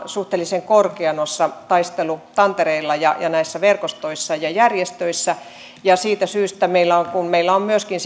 suhteellisen korkea hierarkkinen asema taistelutantereilla ja näissä verkostoissa ja järjestöissä ja siitä syystä kun meillä on myöskin